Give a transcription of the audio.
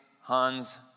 Hans